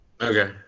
Okay